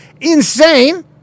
insane